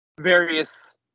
various